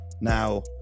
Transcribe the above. Now